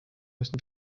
müssen